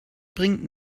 bringt